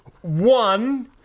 one